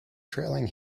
trailing